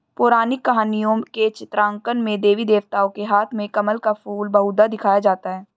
पौराणिक कहानियों के चित्रांकन में देवी देवताओं के हाथ में कमल का फूल बहुधा दिखाया जाता है